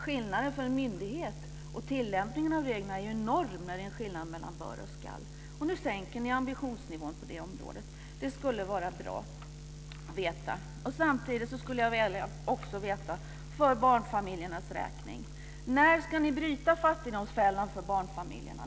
Skillnaden för en myndighet när det gäller tillämpningen av reglerna är ju enorm när det är en skillnad mellan bör och skall, och nu sänker ni ambitionsnivån på det området. Detta skulle vara bra att veta. Samtidigt skulle jag också, för barnfamiljernas räkning, vilja veta när ni ska bryta fattigdomsfällan för barnfamiljerna.